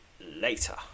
later